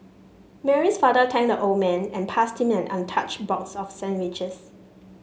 Mary's father thanked the old man and passed him an untouched box of sandwiches